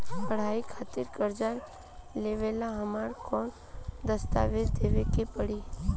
पढ़ाई खातिर कर्जा लेवेला हमरा कौन दस्तावेज़ देवे के पड़ी?